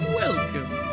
welcome